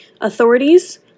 Authorities